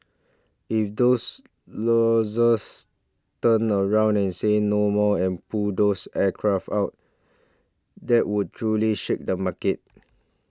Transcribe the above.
if those lessors turn around and say no more and pull those aircraft out that would truly shake the market